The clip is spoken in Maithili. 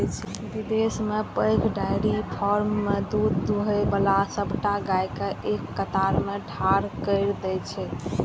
विदेश मे पैघ डेयरी फार्म मे दूध दुहै बला सबटा गाय कें एक कतार मे ठाढ़ कैर दै छै